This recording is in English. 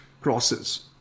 crosses